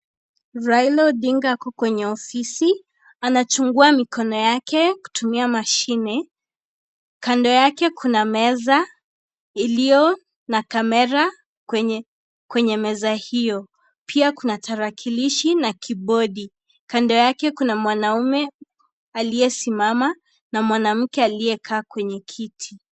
Raila Odinga ako kwenye ofisi anachungua mkono wake kutumia mashine, kando yake kuna meza iliyo na kamera kwenye meza hiyo pia kuna tarakilishi na kibodi. Kando yake kuna mwanaume aliyesimama na mwanamke aliyekaa kwenye kiti.